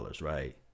right